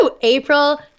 April